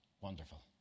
wonderful